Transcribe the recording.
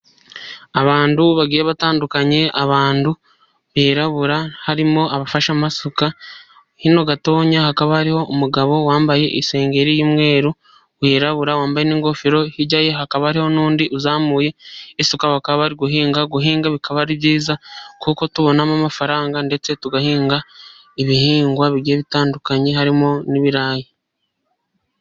Abantu bagiye batandukanye, abantu birarabura harimo abafasha amasuka hino gatotonya hakaba ari umugabo wambaye isengeri y'umweru wirabura wambaye n'ingofero. Hirya hakaba hari n'undi uzamuye isuka bakaba bari guhinga. Guhinga bikaba ari byiza kuko tubonamo amafaranga ndetse tugahinga ibihingwa bitandukanye harimo n'ibirayi.